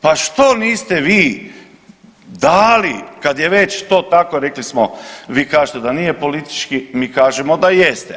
Pa što niste vi dali, kad je već to tako, rekli smo, vi kažete da nije politički, mi kažemo da jeste.